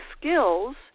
skills